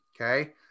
Okay